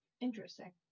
Interesting